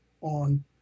on